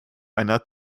einer